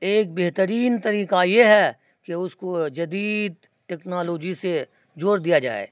ایک بہترین طریقہ یہ ہے کہ اس کو جدید ٹیکنالوجی سے جوڑ دیا جائے